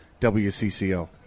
WCCO